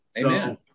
Amen